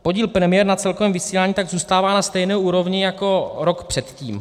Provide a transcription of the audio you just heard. Podíl premiér na celkovém vysílání tak zůstává na stejné úrovni jako rok předtím.